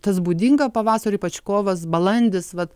tas būdinga pavasariui ypač kovas balandis vat